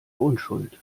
unschuld